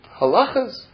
Halachas